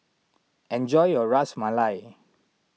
enjoy your Ras Malai